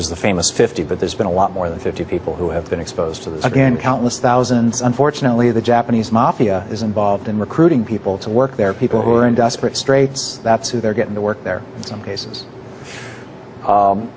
the famous fifty but there's been a lot more than fifty people who have been exposed to this again countless thousands unfortunately the japanese mafia is involved in recruiting people to work there are people who are in desperate straits that's who they're getting to work there are some cases